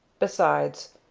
besides,